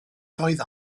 doedd